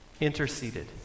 interceded